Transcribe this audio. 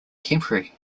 temporary